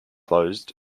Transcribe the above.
closed